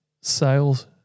Sales